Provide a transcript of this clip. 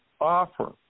offer